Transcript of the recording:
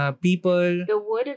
People